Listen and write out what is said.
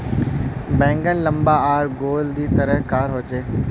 बैंगन लम्बा आर गोल दी तरह कार होचे